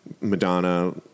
Madonna